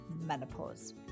menopause